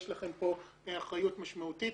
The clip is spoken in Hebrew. יש לכם פה אחריות משמעותית.